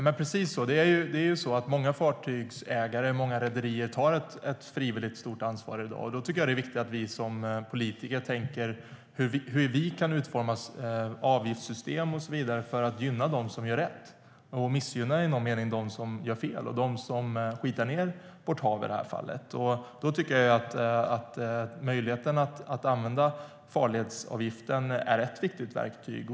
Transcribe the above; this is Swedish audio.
Fru talman! Det är precis så - många fartygsägare och rederier tar i dag ett stort ansvar frivilligt. Då tycker jag att det är viktigt att vi som politiker tänker på hur vi kan utforma avgiftssystem och så vidare för att gynna dem som gör rätt och i någon mening missgynna dem som gör fel, i det här fallet dem som skitar ned vårt hav. Möjligheten att använda farledsavgifterna är ett viktigt verktyg, tycker jag.